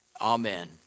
Amen